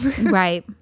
right